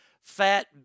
Fat